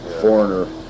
foreigner